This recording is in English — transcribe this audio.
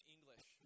English